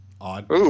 Odd